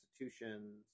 institutions